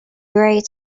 great